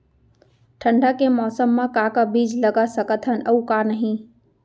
ठंडा के मौसम मा का का बीज लगा सकत हन अऊ का नही?